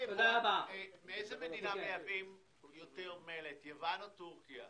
מאיזו מדינה מייבאים יותר מלט - מיוון או מטורקיה?